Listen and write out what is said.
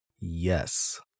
Yes